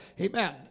Amen